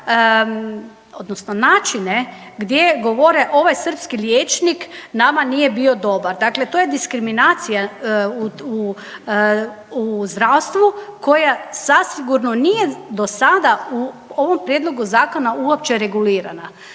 odnosno načine gdje govore ovaj srpski liječnik nama nije bio dobar. Dakle, to je diskriminacija u zdravstvu koja zasigurno nije do sada u ovom prijedlogu zakona uopće regulirana.